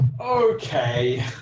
Okay